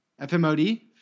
FMOD